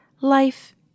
Life